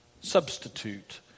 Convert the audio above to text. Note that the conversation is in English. substitute